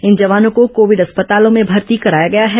इन जवानों को कोविड अस्पतालों में भर्ती कराया गया है